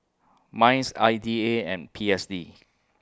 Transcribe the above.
Mice I D A and P S D